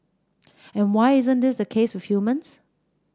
and why isn't this the case with humans